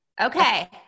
Okay